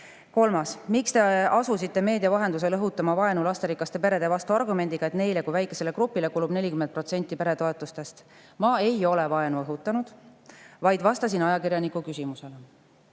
Kolmas: "Miks te asusite meedia vahendusel õhutama vaenu lasterikaste perede vastu argumendiga, et neile kui väikesele grupile kulub 40 protsenti peretoetustest?" Ma ei ole vaenu õhutanud, vaid vastasin ajakirjaniku küsimusele.